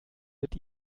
mit